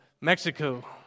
Mexico